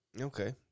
Okay